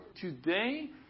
Today